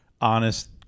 honest